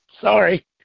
Sorry